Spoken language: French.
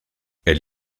elle